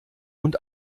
und